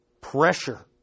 Pressure